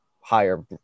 higher